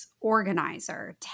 organizer